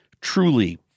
truly